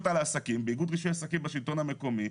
על עסקים באיגוד רישוי עסקים בשלטון המקומי,